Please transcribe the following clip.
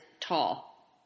tall